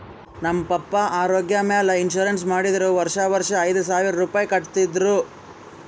ನಮ್ ಪಪ್ಪಾ ಆರೋಗ್ಯ ಮ್ಯಾಲ ಇನ್ಸೂರೆನ್ಸ್ ಮಾಡಿರು ವರ್ಷಾ ವರ್ಷಾ ಐಯ್ದ ಸಾವಿರ್ ರುಪಾಯಿ ಕಟ್ಟತಿದ್ರು